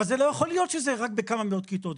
אבל לא יכול להיות שזה רק בכמה מאות כיתות,